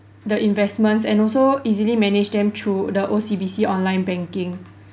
the investments and also easily manage them through the O_C_B_C online banking